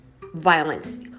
violence